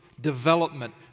development